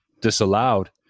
disallowed